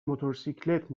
موتورسیکلت